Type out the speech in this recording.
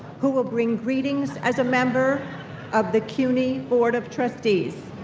who will bring greetings as a member of the cuny board of trustees.